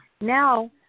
Now